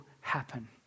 happen